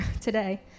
today